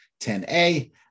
10A